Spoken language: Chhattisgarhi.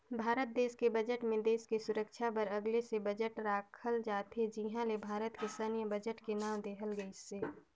भारत देस के बजट मे देस के सुरक्छा बर अगले से बजट राखल जाथे जिहां ले भारत के सैन्य बजट के नांव देहल गइसे